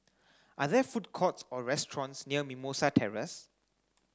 are there food courts or restaurants near Mimosa Terrace